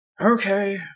Okay